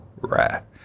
rare